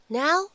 now